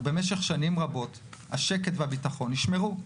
ובמשך שנים רבות, השקט והביטחון נשמרו.